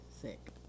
sick